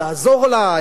לעזור לה?